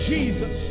Jesus